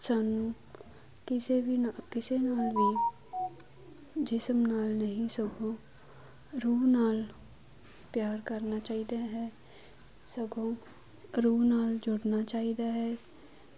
ਸਾਨੂੰ ਕਿਸੇ ਵੀ ਨਾ ਕਿਸੇ ਨਾਲ ਵੀ ਜਿਸਮ ਨਾਲ ਨਹੀਂ ਸਗੋਂ ਰੂਹ ਨਾਲ ਪਿਆਰ ਕਰਨਾ ਚਾਹੀਦਾ ਹੈ ਸਗੋਂ ਰੂਹ ਨਾਲ ਜੁੜਨਾ ਚਾਹੀਦਾ ਹੈ